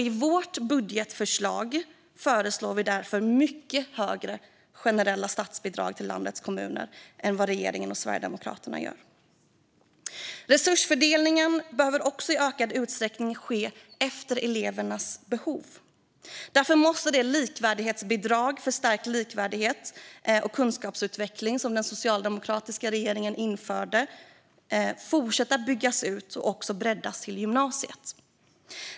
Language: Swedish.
I vårt budgetförslag föreslår vi därför mycket högre generella statsbidrag till landets kommuner än vad regeringen och Sverigedemokraterna gör. Resursfördelningen behöver också i ökad utsträckning ske efter elevernas behov. Därför måste det likvärdighetsbidrag för stärkt likvärdighet och kunskapsutveckling som den socialdemokratiska regeringen införde byggas ut och också breddas till gymnasiet.